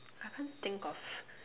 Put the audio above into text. I can't think of